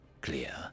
clear